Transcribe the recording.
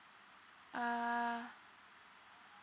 uh